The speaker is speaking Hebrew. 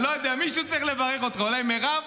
אני לא יודע, מישהו צריך לברך אותך, אולי מירב